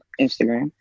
Instagram